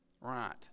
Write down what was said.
right